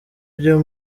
byo